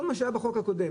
כל מה שהיה בחוק הקודם,